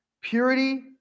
purity